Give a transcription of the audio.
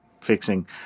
fixing